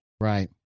Right